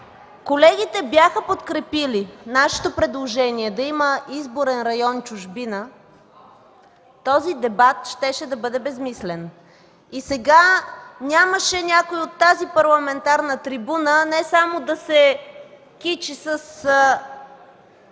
колегите бяха подкрепили нашето предложение да има изборен район „Чужбина”, този дебат щеше да бъде безсмислен. И сега нямаше някой от тази парламентарна трибуна не само да се кичи със